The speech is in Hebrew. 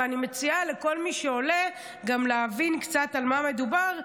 ואני מציעה לכל מי שעולה גם להבין קצת על מה מדובר,